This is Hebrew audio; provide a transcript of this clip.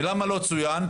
ולמה לא צוין?